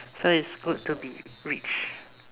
so it's good to be rich